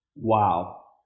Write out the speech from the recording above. Wow